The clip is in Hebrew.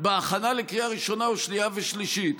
בהכנה לקריאה ראשונה או שנייה ושלישית,